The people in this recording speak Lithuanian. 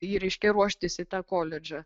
į reiškia ruoštis į tą koledžą